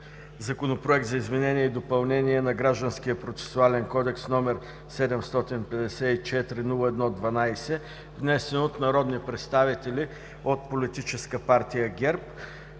Законопроект за изменение и допълнение на Гражданския процесуален кодекс, № 754-01-12, внесен от народни представители от Политическа партия ГЕРБ.